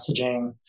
messaging